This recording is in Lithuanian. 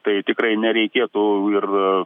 tai tikrai nereikėtų ir